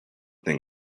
thing